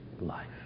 life